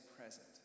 present